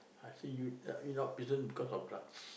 I say you you not prison because of drugs